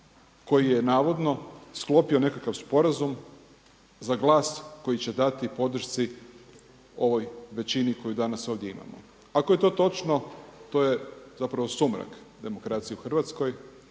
koji je navodno sklopio nekakav sporazum za glas koji će dati podršci ovoj većini koju danas ovdje imamo. Ako je to točno to je zapravo sumrak demokracije u Hrvatskoj,